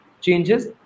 changes